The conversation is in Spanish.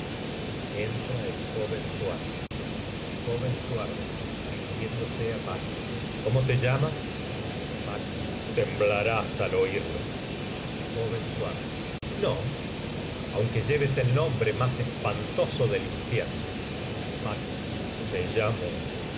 suardo dirigiéndose ámacbeth cómo te llamas macb temblarás al oírlo j suardo no aunque lleves el nombre más espantoso del infierno macb me llamo